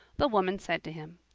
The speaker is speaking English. the woman said to him,